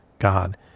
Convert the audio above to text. God